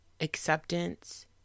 acceptance